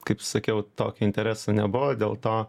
kaip sakiau tokio intereso nebuvo dėl to